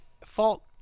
Fault